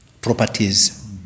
properties